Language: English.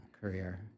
career